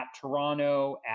Toronto